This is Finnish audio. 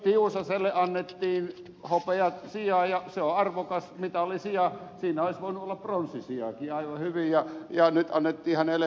tiusaselle annettiin hopeasija ja se on arvokas mitalisija siinä olisi voinut olla pronssisijakin aivan hyvin ja nyt annettiin hänelle hopeatila